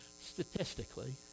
Statistically